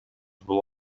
боло